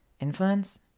Influence